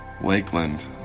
Lakeland